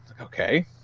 Okay